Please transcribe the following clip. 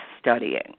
studying